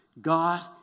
God